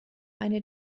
eine